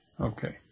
okay